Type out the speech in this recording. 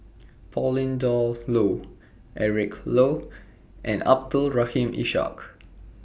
Pauline Dawn Loh Eric Low and Abdul Rahim Ishak